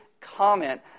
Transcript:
comment